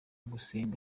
gusenga